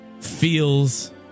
feels